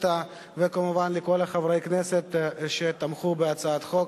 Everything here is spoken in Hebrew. וכמובן לכל חברי הכנסת שתמכו בהצעת החוק.